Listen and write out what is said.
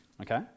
Okay